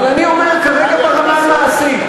אבל אני אומר כרגע ברמה המעשית.